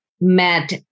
met